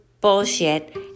bullshit